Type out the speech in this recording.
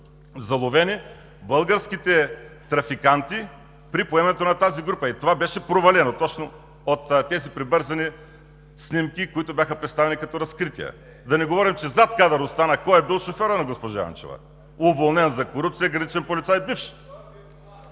заловени българските трафиканти при поемането на тази група? И това беше провалено точно от тези прибързани снимки, които бяха представени като разкрития. Да не говорим, че зад кадър остана кой е бил шофьорът на госпожа Йончева. ДАНАИЛ КИРИЛОВ (ГЕРБ, от място):